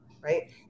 right